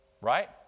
right